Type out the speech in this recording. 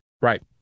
Right